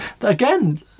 again